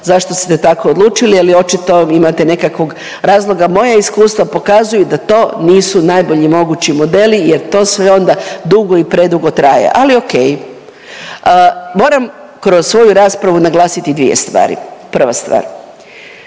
zašto ste tako odlučili ali očito imate nekakvog razloga. Moja iskustva pokazuju da to nisu najbolji mogući modeli jer to sve onda dugo i predugo traje, ali ok. Moram kroz svoju raspravu naglasiti dvije stvari. Prva stvar,